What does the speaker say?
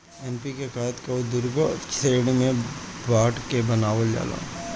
NPK खाद कअ दूगो श्रेणी में बाँट के बनावल जाला